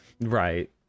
Right